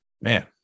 man